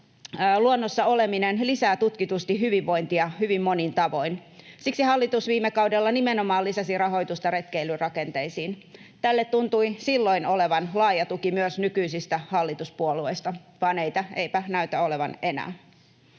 luonnossa oleminen lisää tutkitusti hyvinvointia hyvin monin tavoin. Siksi hallitus viime kaudella nimenomaan lisäsi rahoitusta retkeilyrakenteisiin. Tälle tuntui silloin olevan laaja tuki myös nykyisistä hallituspuolueista, vaan eipä näytä olevan enää.